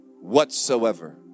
whatsoever